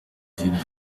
dinner